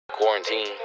Quarantine